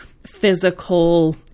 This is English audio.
physical